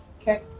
Okay